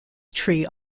tree